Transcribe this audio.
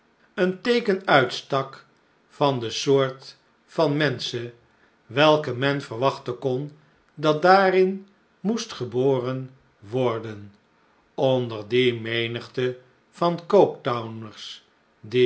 een teeken uitstak van de soort van menschen welke men verwachten kon datdaarin moest geboren worden onder die menigte van coket owners die